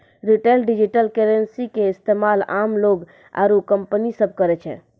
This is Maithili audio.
रिटेल डिजिटल करेंसी के इस्तेमाल आम लोग आरू कंपनी सब करै छै